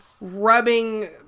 rubbing